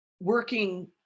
working